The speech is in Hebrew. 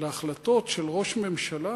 להחלטות של ראש ממשלה,